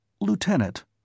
Lieutenant